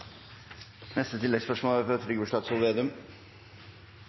Trygve Slagsvold Vedum